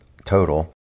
total